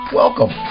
welcome